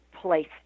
place